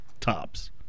Tops